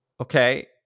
Okay